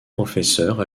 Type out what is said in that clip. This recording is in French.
professeur